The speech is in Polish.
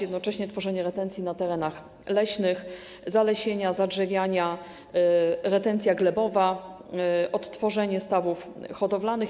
Jednocześnie tworzenie retencji na terenach leśnych, zalesienia, zadrzewiania, retencja glebowa, odtworzenie stawów hodowlanych.